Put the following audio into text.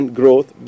growth